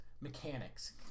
Mechanics